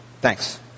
Thanks